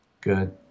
Good